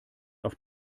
auf